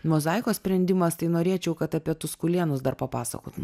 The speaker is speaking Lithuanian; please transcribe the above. mozaikos sprendimas tai norėčiau kad apie tuskulėnus dar papasakotum